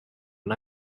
and